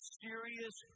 serious